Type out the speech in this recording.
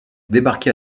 débarqué